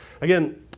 Again